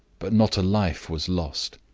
but not a life was lost.